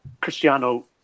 Cristiano